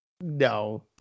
No